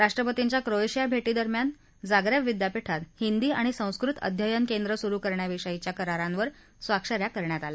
राष्ट्रपतींच्य Croatia भेटीदरम्यान Zagreb विद्यापीठात हिंदी आणि संस्कृत अध्ययन केंद्रं सुरू करण्याविषयीच्या करारांवर स्वाक्षऱ्या करण्यात आल्या